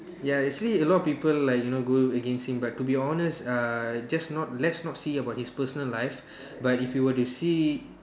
ya actually a lot of people like you know go against him but to be honest uh just not let's not see about his personal lives but if you were to see